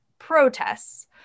protests